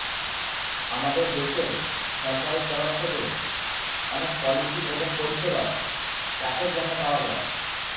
আমাদের দেশের সরকারের তরফ থেকে অনেক পলিসি এবং পরিষেবা চাষের জন্যে পাওয়া যায়